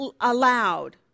allowed